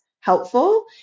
helpful